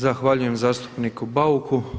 Zahvaljujem zastupniku Bauku.